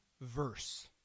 verse